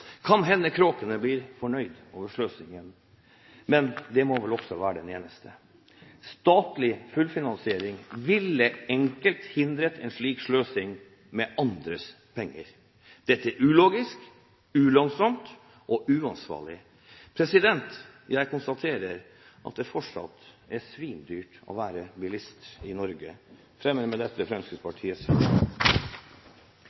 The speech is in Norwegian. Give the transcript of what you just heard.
Kan hende kråkene er fornøyd med sløsingen, men de må vel også være de eneste. Statlig fullfinansiering ville enkelt hindret en slik sløsing med andres penger. Dette er ulogisk, ulønnsomt og uansvarlig. Jeg konstaterer at det fortsatt er svinedyrt å være bilist i Norge. Jeg fremmer med dette